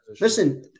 listen